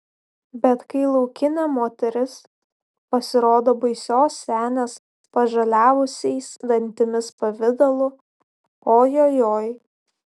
bet kai laukinė moteris pasirodo baisios senės pažaliavusiais dantimis pavidalu ojojoi